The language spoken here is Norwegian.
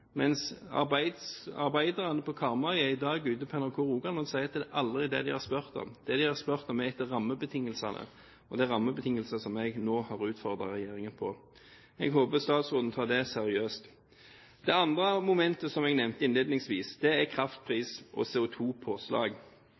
mens arbeiderne på Karmøy i dag er ute på NRK Rogaland og sier at det er aldri det de har spurt om. Det de har spurt etter, er rammebetingelser, og det er rammebetingelsene jeg nå har utfordret regjeringen på. Jeg håper statsråden tar det seriøst. Det andre momentet som jeg nevnte innledningsvis, er kraftpris og